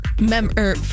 member